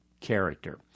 character